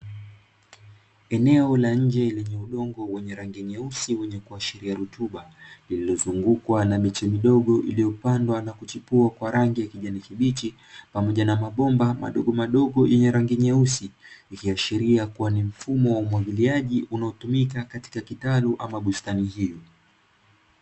Eneo la nje lenye udongo wenye rangi nyeusi wenye kuashiria rutuba, lililozungukwa na michumi dogo iliyopandwa na kuchipuwa kwa rangi ya kijani kibichi, pamoja na mabomba madogo madogo yenye rangi nyeusi, ikiashiria kuwa ni mfumo wa umwagiliaji unaotumika katika kitalu ama bustani hiyo.